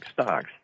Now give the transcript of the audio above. stocks